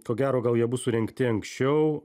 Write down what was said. ko gero gal jie bus surengti anksčiau